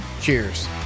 cheers